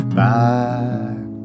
back